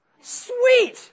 Sweet